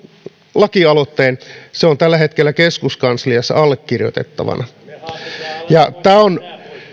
lakialoitteeni se on tällä hetkellä keskuskansliassa allekirjoitettavana tämä on